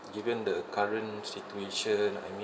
given the current situation I mean